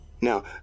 Now